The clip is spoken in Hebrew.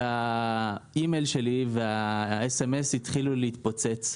האי-מייל שלי וה-SMS התחילו להתפוצץ.